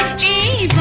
j